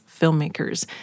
filmmakers